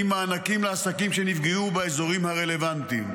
מענקים לעסקים שנפגעו באזורים הרלוונטיים.